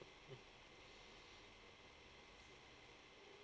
mm